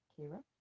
Kira